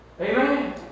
Amen